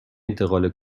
انتقال